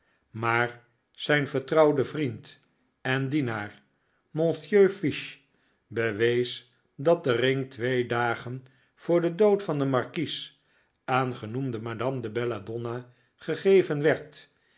maar zijn vertrouwde vriend en dienaar monsieur fiche bewees dat de ring twee dagen voor den dood van den markies aan genoemde madame de belladonna gegeven werd